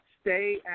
Stay